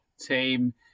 team